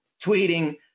tweeting